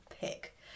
pick